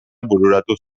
bururatu